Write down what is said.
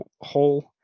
hole